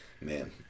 Man